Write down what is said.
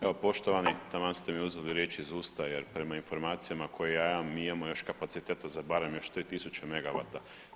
Evo poštovani, taman ste mi uzeli riječ iz usta jer prema informacijama koje ja imam mi imamo još kapaciteta za barem još 3000 megavata.